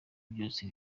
byose